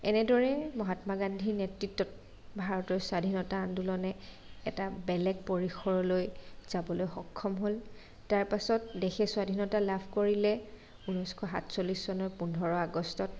এনেদৰে মহাত্মা গান্ধীৰ নেতৃত্বত ভাতৰত স্বাধীনতা আন্দোলনে এটা বেলেগ পৰিসৰলৈ যাবলৈ সক্ষম হ'ল তাৰ পাছত দেশে স্বাধীনতা লাভ কৰিলে ঊনৈছশ সাতচল্লিছ চনৰ পোন্ধৰ আগষ্টত